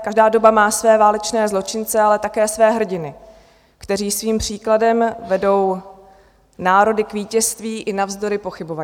Každá doba má své válečné zločince, ale také své hrdiny, kteří svým příkladem vedou národy k vítězství i navzdory pochybovačům.